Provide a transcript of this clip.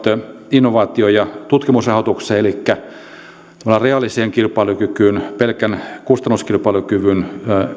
innovaatio ja tutkimusrahoitukseen elikkä tavallaan reaaliseen kilpailukykyyn pelkän kustannuskilpailukyvyn